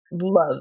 love